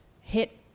hit